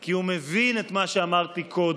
כי הוא מבין את מה שאמרתי קודם,